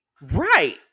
Right